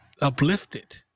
uplifted